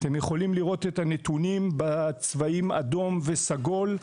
אתם יכולים לראות את הנתונים בצבעים: אדום וסגול.